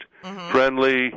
friendly